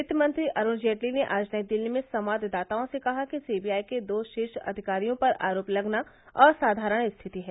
वित्त मंत्री अरूण जेटली ने आज नई दिल्ली में संवाददाताओं से कहा कि सी बी आई के दो शीर्ष अधिकारियों पर आरोप लगना असाधारण स्थिति है